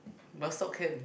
bus stop can